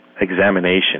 examination